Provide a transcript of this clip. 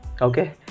okay